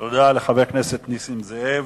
תודה לחבר הכנסת נסים זאב.